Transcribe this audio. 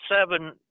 seven